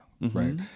right